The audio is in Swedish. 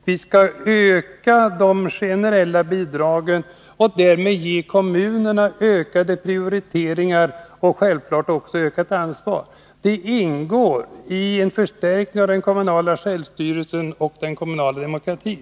Vi skall öka de generella bidragen och därmed ge kommunerna ökad prioritering och självfallet ökat ansvar. Detta ingår i en förstärkning av den kommunala självstyrelsen och den kommunala demokratin.